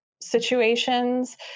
situations